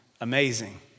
amazing